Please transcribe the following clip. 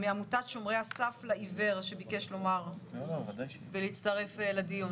מעמותת שומרי הסף לעיוור שביקש להצטרף לדיון